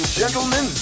gentlemen